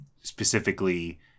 specifically